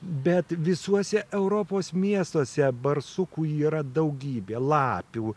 bet visuose europos miestuose barsukų yra daugybė lapių